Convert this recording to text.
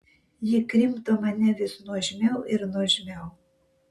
ji krimto mane vis nuožmiau ir nuožmiau